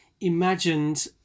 imagined